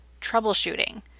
troubleshooting